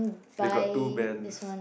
they got two bands